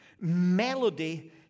Melody